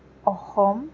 Assam